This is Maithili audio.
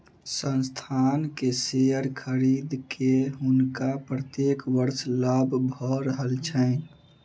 संस्थान के शेयर खरीद के हुनका प्रत्येक वर्ष लाभ भ रहल छैन